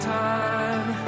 time